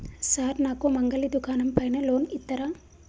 Sir నాకు మంగలి దుకాణం పైన లోన్ ఇత్తరా?